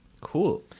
cool